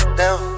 down